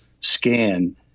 scan